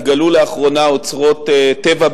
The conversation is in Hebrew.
התגלו לאחרונה אוצרות טבע,